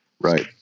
Right